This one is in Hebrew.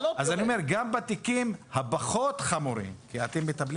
אז אני אומר שגם בתיקים הפחות חמורים כי אתם מטפלים